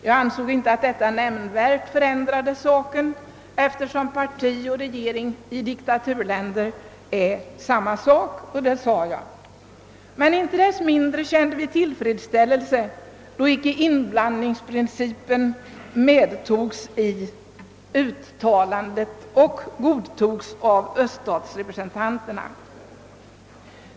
Jag ansåg inte att detta nämnvärt förändrade saken, eftersom parti och regering i diktaturländer är samma sak, och det framhöll jag också. Inte desto mindre kände vi tillfredsställelse över att icke-inblandningsprincipen ingick i uttalandet och godtogs av Öststatsrepresentanterna.